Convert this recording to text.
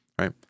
right